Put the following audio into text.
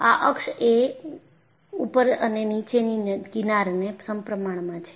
આ અક્ષ એ ઉપર અને નીચેની કિનારને સપ્રમાણમાં છે